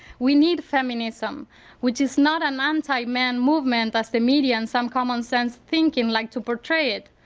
we need feminism which is not an anti-man movement as the media and some common sense thinking like to portray it.